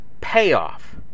Payoff